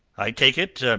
i take it,